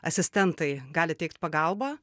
asistentai gali teikt pagalbą